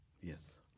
yes